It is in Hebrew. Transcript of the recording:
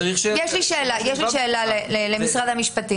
יש לי שאלה למשרד המשפטים.